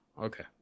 Okay